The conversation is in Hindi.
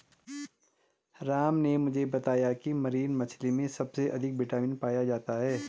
राम ने मुझे बताया की मरीन मछली में सबसे अधिक विटामिन ए पाया जाता है